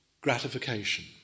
gratification